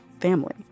Family